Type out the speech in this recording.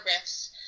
riffs